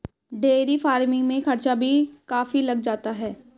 dairy farming में खर्चा भी काफी लग जाता है